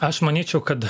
aš manyčiau kad